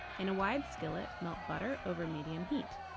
in a wide skillet, melt butter over medium heat.